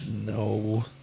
no